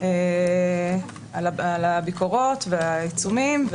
על הביקורות והעיצומים.